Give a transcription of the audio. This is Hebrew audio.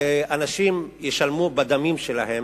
אנשים ישלמו בדמים שלהם.